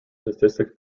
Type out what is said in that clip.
statistics